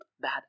bad